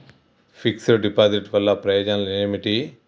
Fix డ్ deposit వల్ల ప్రయోజనాలు ఏమిటి?